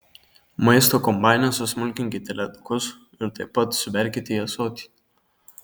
maisto kombaine susmulkinkite ledukus ir taip pat suberkite į ąsotį